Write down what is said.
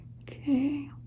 okay